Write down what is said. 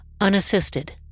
unassisted